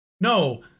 no